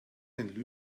den